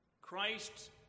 Christ